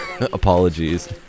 Apologies